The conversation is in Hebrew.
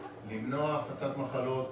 למנוע הפצת מחלות,